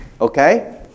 okay